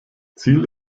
ziel